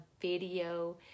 video